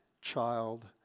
Child